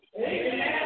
Amen